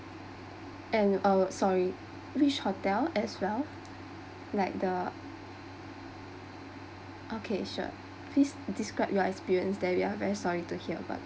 and uh sorry which hotel as well like the okay sure please describe your experience that we are very sorry to hear about